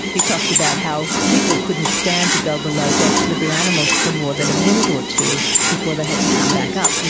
he talked about how people couldn't stand to go below decks with the animals for more than a minute or two before they had to come back up,